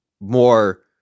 more